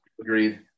agreed